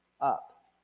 up